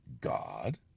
God